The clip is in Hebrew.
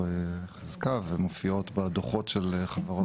חזקה ומופיעות בדו"חות של חברות אנרגיה.